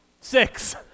Six